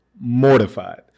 mortified